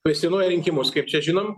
kvestionuoja rinkimus kaip čia žinom